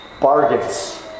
bargains